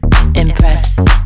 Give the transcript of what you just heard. Impress